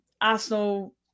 Arsenal